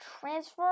transfer